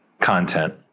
content